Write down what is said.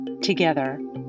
together